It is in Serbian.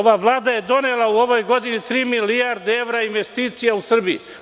Ova Vlada je donela u ovoj godini tri milijarde evra investicija u Srbiji.